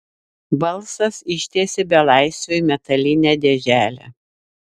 balsas ištiesė belaisviui metalinę dėželę